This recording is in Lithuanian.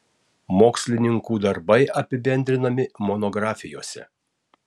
mokslininkų darbai apibendrinami monografijose